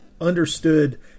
understood